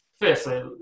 Firstly